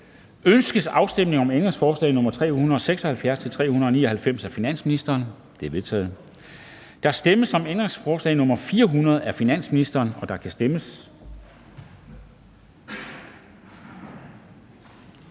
Ønskes afstemning om ændringsforslag nr. 376-399 af finansministeren? De er vedtaget. Der stemmes om ændringsforslag nr. 400 af finansministeren, og der kan stemmes.